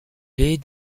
lait